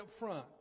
upfront